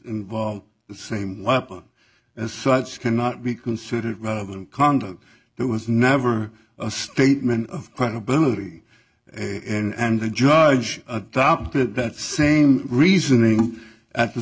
involve the same weapon as such cannot be considered relevant conduct there was never a statement of credibility and the judge adopted that same reasoning at the